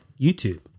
YouTube